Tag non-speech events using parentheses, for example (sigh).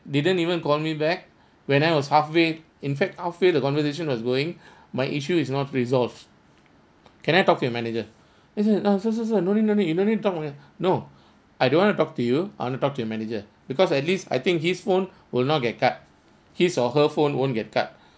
didn't even call me back when I was halfway in fact halfway the conversation was going (breath) my issue is not resolved can I talk to your manager then he said uh sir sir sir no need no need you no need talk when uh no I don't want to talk to you I want to talk to your manager because at least I think his phone will not get cut his or her phone won't get cut